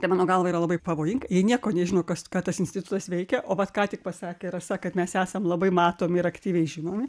tai mano galva yra labai pavojinga jie nieko nežino kas ką tas institutas veikia o vat ką tik pasakė rasa kad mes esam labai matomi ir aktyviai žinomi